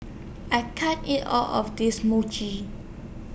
I can't eat All of This Muji